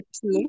two